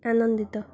ଆନନ୍ଦିତ